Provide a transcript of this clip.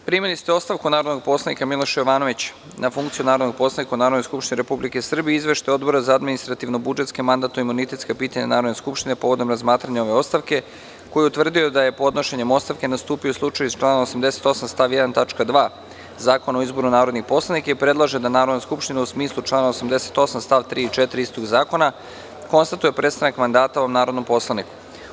Primili ste ostavku narodnog poslanika Miloša Jovanovića na funkciju narodnog poslanika u Narodnoj skupštini Republike Srbije, Izveštaj Odbora za administrativno-budžetska i mandatno-imunitetska pitanja Narodne skupštine povodom razmatranja ove ostavke, koji je utvrdio da je podnošenjem ostavke nastupio slučaj iz člana 88. stav 1. tačka 2. Zakona o izboru narodnih poslanika i predlaže da Narodna skupština u smislu člana 88. stav 3. i 4. konstatuje prestanak mandata ovom narodnom poslaniku.